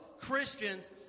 Christians